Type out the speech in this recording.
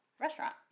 restaurant